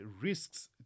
risks